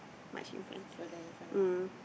much in front mm